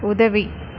உதவி